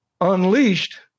unleashed